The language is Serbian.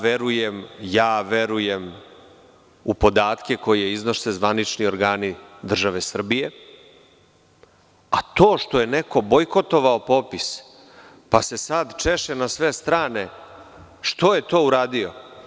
Verujem u podatke koje iznose zvanični organi države Srbije, a to što je neko bojkotovao popis pa se sad češe na sve strane što je to uradi.